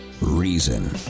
reason